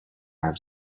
حرف